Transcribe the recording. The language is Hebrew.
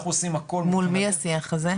אנחנו עושים הכל מול --- מול מי השיח הזה?